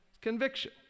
conviction